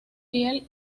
fiel